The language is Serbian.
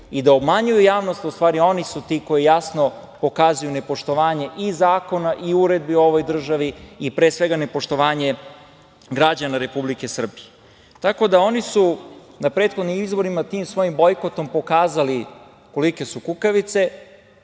i da obmanjuju javnost, a u stvari oni su ti koji jasno pokazuju nepoštovanje i zakona i uredbi u ovoj državi, pre svega nepoštovanje građana Republike Srbije. Tako da, oni su na prethodnim izborima tim svojim bojkotom pokazali kolike su kukavice,